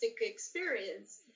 experience